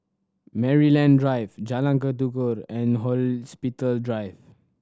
Maryland Drive Jalan Tekukor and Hospital Drive